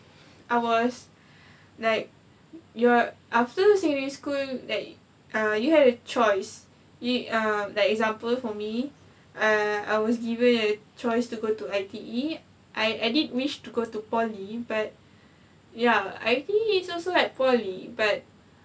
I was like you're after secondary school like you had a choice you err like example for me uh I was given a choice to go to I_T_E I I did wish to go to poly but ya I_T_E is also like poly but